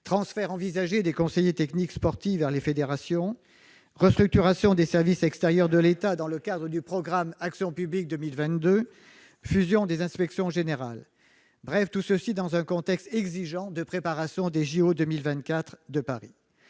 transfert envisagé des conseillers techniques sportifs vers les fédérations, restructuration des services extérieurs de l'État dans le cadre du programme Action publique 2022, fusion des inspections générales ... Tout cela intervient de plus dans un contexte exigeant de préparation des JO 2024 de Paris.